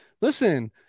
Listen